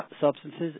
substances